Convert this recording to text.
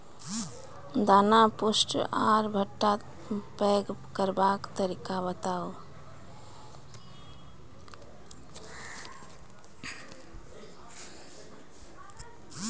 दाना पुष्ट आर भूट्टा पैग करबाक तरीका बताऊ?